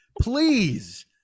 Please